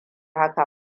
haka